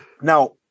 Now